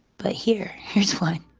but hear his height